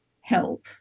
help